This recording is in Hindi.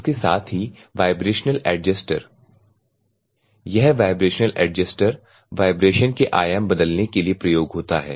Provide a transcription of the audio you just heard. इसके साथ ही वाइब्रेशनल एडजेस्टर यह वाइब्रेशनल एडजेस्टर वाइब्रेशन के आयाम बदलने के लिए प्रयोग होता है